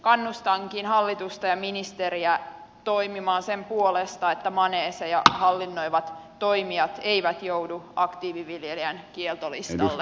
kannustankin hallitusta ja ministeriä toimimaan sen puolesta että maneeseja hallinnoivat toimijat eivät joudu aktiiviviljelijän kieltolistalle